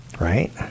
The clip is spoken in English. Right